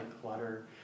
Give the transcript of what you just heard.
clutter